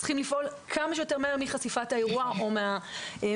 צריך לפעול כמה שיותר מהר מחשיפת האירוע או מהחשש,